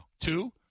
Two